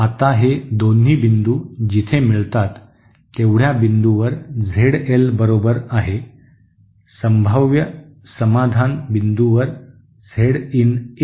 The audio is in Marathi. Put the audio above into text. आता हे दोन्ही बिंदू जिथे मिळतात तेवढ्या बिंदूवर झेड एल बरोबर आहे संभाव्य समाधान बिंदूवर झेड इन ए